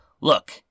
Look